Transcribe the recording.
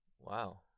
Wow